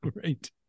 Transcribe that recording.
Great